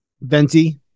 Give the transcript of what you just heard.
Venti